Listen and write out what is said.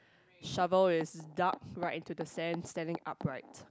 shovel is dug right in to the sand standing up right